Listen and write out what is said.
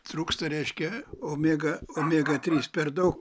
trūksta reiškia omega omega trys per daug